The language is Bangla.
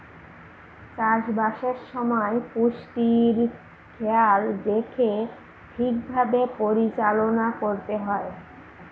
চাষবাসের সময় পুষ্টির খেয়াল রেখে ঠিক ভাবে পরিচালনা করতে হয়